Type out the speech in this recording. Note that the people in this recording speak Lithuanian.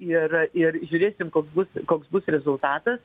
ir ir žiūrėsim koks bus koks bus rezultatas